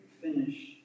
finish